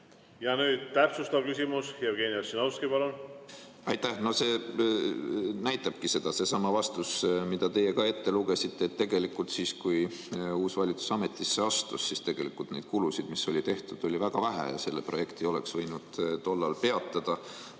Nüüd täpsustav küsimus. Jevgeni Ossinovski, palun! Aitäh! No see näitabki, seesama vastus, mille teie ka ette lugesite, et tegelikult siis, kui uus valitsus ametisse astus, oli neid kulusid, mis oli tehtud, väga vähe ja selle projekti oleks võinud tollal peatada.